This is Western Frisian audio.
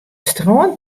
strân